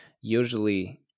usually